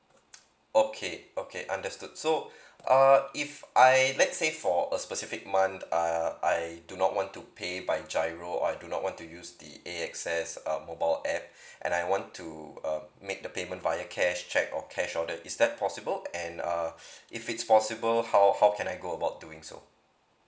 okay okay understood so uh if I let's say for a specific month uh I do not want to pay by G_I_R_O or I do not want to use the A X S uh mobile app and I want to uh make the payment via cash cheque or cash order is that possible and uh if it's possible how how can I go about doing so